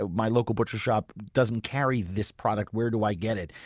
ah my local butcher shop doesn't carry this product, where do i get it?